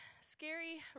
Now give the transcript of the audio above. scary